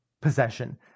possession